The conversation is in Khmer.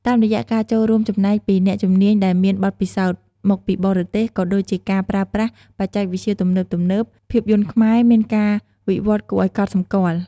តាមរយៈការចូលរួមចំណែកពី អ្នកជំនាញដែលមានបទពិសោធន៍ មកពីបរទេស ក៏ដូចជាការប្រើប្រាស់ បច្ចេកវិទ្យាទំនើបៗ ភាពយន្តខ្មែរមានការវិវត្តន៍គួរឱ្យកត់សម្គាល់។